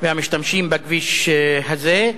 והמשתמשים בכביש הזה.